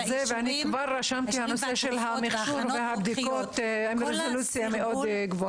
רשמתי כבר את נושא המכשור והבדיקות ברזולוציה מאוד גבוהה.